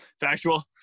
Factual